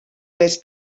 les